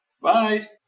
Bye